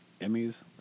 Emmys